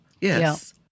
yes